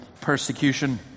persecution